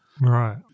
Right